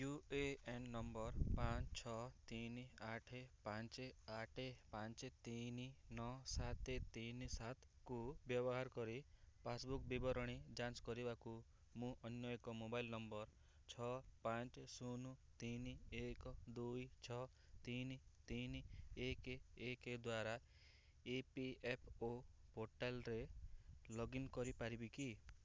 you A N number ପାଞ୍ଚ ଛଅ ତିନି ଆଠ ପାଞ୍ଚ ଆଠ ପାଞ୍ଚ ତିନି ନଅ ସାତ ତିନି ସାତକୁ ବ୍ୟବହାର କରି ପାସବୁକ୍ ବିବରଣୀ ଯାଞ୍ଚ କରିବାକୁ ମୁଁ ଅନ୍ୟ ଏକ ମୋବାଇଲ ନମ୍ବର ଛଅ ପାଞ୍ଚ ଶୂନ ତିନି ଏକ ଦୁଇ ଛଅ ତିନି ତିନି ଏକ ଏକ ଦ୍ଵାରା ଇ ପି ଏଫ୍ ଓ ପୋର୍ଟାଲ୍ରେ ଲଗ୍ ଇନ୍ କରିପାରିବି କି